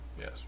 yes